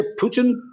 Putin